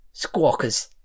Squawkers